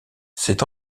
s’est